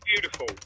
beautiful